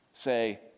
say